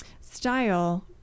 style